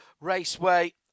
Raceway